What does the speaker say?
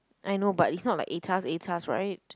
I know but it's not like atas atas right